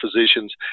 physicians